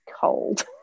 cold